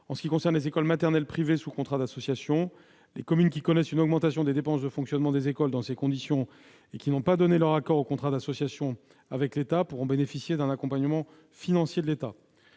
En ce qui concerne les écoles maternelles privées sous contrat d'association, les communes qui connaissent une augmentation des dépenses de fonctionnement des écoles dans ces conditions et qui n'ont pas donné leur accord au contrat d'association avec l'État pourront bénéficier d'un accompagnement financier de celui-ci.